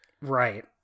Right